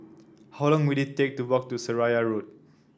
how long will it take to walk to Seraya Road